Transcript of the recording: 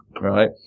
right